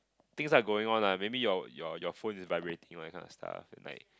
things are going on lah maybe your your your phone is vibrating why kind of stuff and like